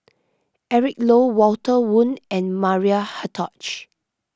Eric Low Walter Woon and Maria Hertogh